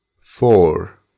four